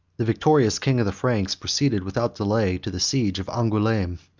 the victorious king of the franks proceeded without delay to the siege of angouleme.